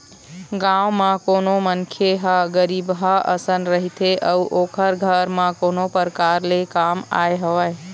गाँव म कोनो मनखे ह गरीबहा असन रहिथे अउ ओखर घर म कोनो परकार ले काम आय हवय